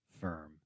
firm